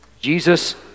Jesus